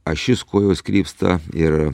ašis kojos krypsta ir